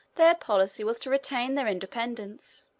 their policy was to retain their independence,